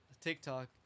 TikTok